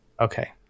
Okay